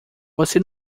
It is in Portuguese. você